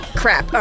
crap